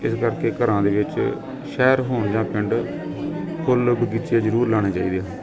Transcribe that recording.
ਇਸ ਕਰਕੇ ਘਰਾਂ ਦੇ ਵਿੱਚ ਸ਼ਹਿਰ ਹੋਣ ਜਾਂ ਪਿੰਡ ਫੁੱਲ ਬਗੀਚੇ ਜ਼ਰੂਰ ਲਾਉਣੇ ਚਾਹੀਦੇ ਆ